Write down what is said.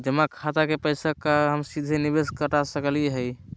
जमा खाता के पैसा का हम सीधे निवेस में कटा सकली हई?